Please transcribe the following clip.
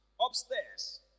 upstairs